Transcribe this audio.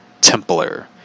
Templar